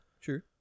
true